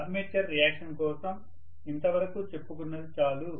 armature reaction కోసం ఇంతవరకు చెప్పుకున్నది చాలు